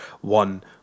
one